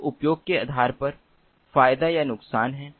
तो उपयोग के आधार पर फायदा और नुकसान हैं